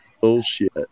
bullshit